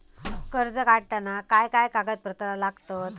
कर्ज काढताना काय काय कागदपत्रा लागतत?